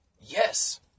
yes